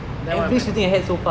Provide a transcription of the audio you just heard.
then what happened